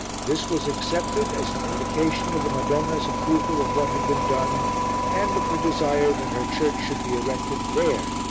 this was accepted as an indication of the madonna's approval of what had been done and of her desire that her church should be erected there,